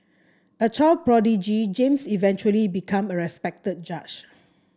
a child prodigy James eventually become a respected judge